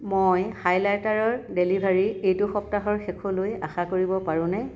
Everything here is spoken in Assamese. মই হাইলাইটাৰৰ ডেলিভাৰী এইটো সপ্তাহৰ শেষলৈ আশা কৰিব পাৰোঁনে